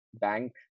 bank